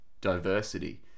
diversity